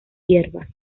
hierbas